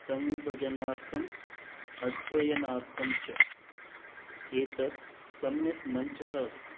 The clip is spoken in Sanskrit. संविभजनार्थम् अध्ययनार्थं च एतत् सम्यक् मञ्चः अस्ति